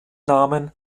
namen